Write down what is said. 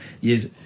Yes